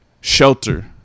shelter